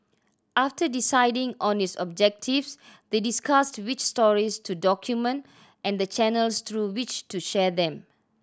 after deciding on its objectives they discussed which stories to document and the channels through which to share them